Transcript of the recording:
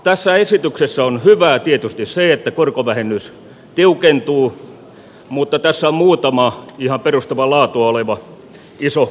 tässä esityksessä on hyvää tietysti se että korkovähennys tiukentuu mutta tässä on muutama ihan perustavaa laatua oleva isohko ongelma